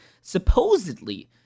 supposedly